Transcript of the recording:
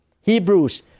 Hebrews